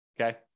Okay